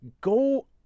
Go